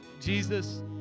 Jesus